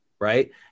right